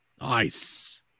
Nice